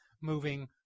moving